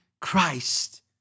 Christ